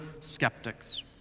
skeptics